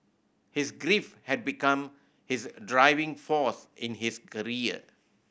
his grief had become his driving force in his career